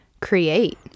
create